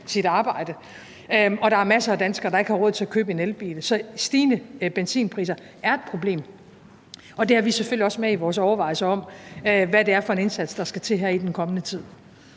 sit arbejde. Og der er masser af danskere, der ikke har råd til at købe en elbil. Så stigende benzinpriser er et problem, og det har vi selvfølgelig også med i vores overvejelser om, hvad det er for en indsats, der skal til her i den kommende tid.